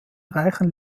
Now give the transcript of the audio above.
reichen